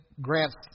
grants